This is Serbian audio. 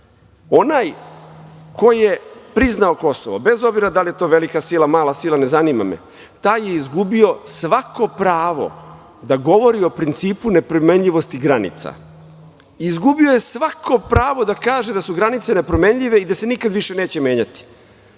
onaj koji je priznao Kosovo, bez obzira da li je to velika sila, mala sila, ne zanima me, taj je izgubio svako pravo da govori o principu nepromenjivosti granica. Izgubio je svako pravo da kaže da su granice nepromenjive i da se nikad više neće menjati.